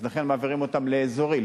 לכן מעבירים אותם לאזורי,